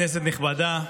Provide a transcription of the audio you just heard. כנסת נכבדה,